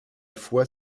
fois